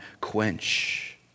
quench